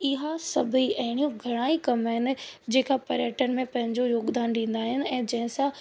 इहा सभई अहिड़ियूं घणई कम आहिन जेका पर्यटन में पैंजो योगदान ॾींदा आहिनि ऐं जंहिंसां